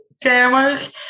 damage